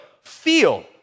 feel